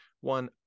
one